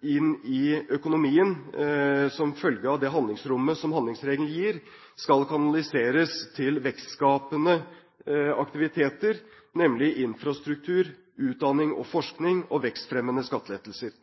inn i økonomien som følge av det handlingsrommet som handlingsregelen gir, skal kanaliseres til vekstskapende aktiviteter, nemlig i infrastruktur, utdanning og forskning og vekstfremmende skattelettelser.